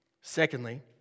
Secondly